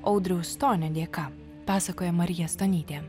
audriaus stonio dėka pasakoja marija stonytė